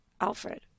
Alfred